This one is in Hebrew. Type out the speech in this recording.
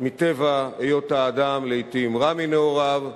מטבע היות האדם לעתים רע מנעוריו,